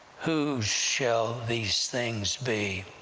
whose shall these things be,